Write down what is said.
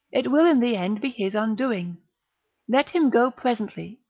it will in the end be his undoing let him go presently,